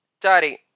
Daddy